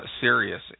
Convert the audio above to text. serious